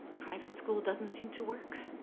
private school doesn't seem to work.